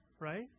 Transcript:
right